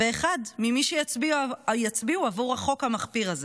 ואחד ממי שיצביעו עבור החוק המחפיר הזה.